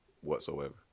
whatsoever